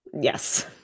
yes